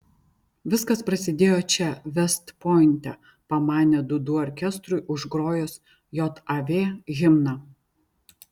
viskas prasidėjo čia vest pointe pamanė dūdų orkestrui užgrojus jav himną